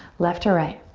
left to right.